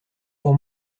pour